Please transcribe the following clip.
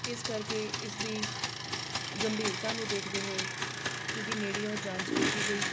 ਇਸ ਕਰਕੇ ਇਸਦੀ ਗੰਭੀਰਤਾ ਨੂੰ ਦੇਖਦੇ ਹੋਏ ਇਹਦੀ ਨੇੜਿਓਂ ਜਾਂਚ ਕੀਤੀ ਗਈ